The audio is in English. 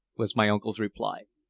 was my uncle's reply.